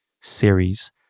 series